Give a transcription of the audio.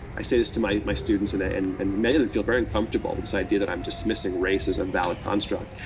i say this to my my students, and and and many of them feel very uncomfortable with this idea that iim um dismissing race as a valid construct.